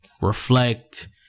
reflect